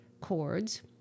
chords